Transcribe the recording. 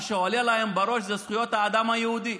מה שעולה להם בראש זה זכויות האדם היהודי.